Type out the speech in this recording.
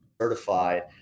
certified